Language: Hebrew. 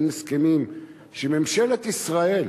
האם הסכמים שממשלת ישראל